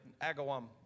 Agawam